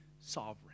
sovereign